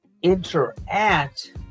interact